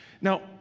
Now